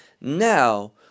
now